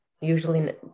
usually